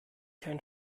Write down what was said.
kein